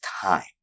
time